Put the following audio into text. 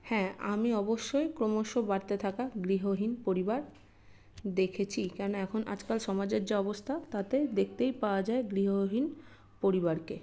হ্যাঁ আমি অবশ্যই ক্রমশ বাড়তে থাকা গৃহহীন পরিবার দেখেছি কেননা এখন আজকাল সমাজের যা অবস্থা তাতে দেখতেই পাওয়া যায় গৃহহীন পরিবারকে